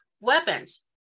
Weapons